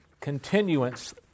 continuance